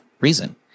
reason